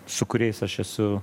su kuriais aš esu